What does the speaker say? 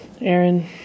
Aaron